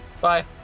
Bye